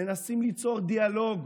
מנסים ליצור דיאלוג